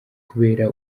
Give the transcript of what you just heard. kubera